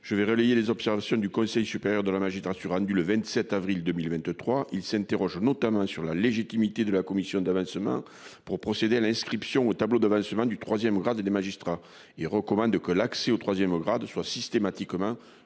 je vais relayer les observations du Conseil supérieur de la magistrature rendu le 27 avril 2023, il s'interroge notamment sur la légitimité de la commission d'avancement pour procéder à l'inscription au tableau devant du 3ème grade des magistrats il recommande que l'accès au 3e grade soient systématiquement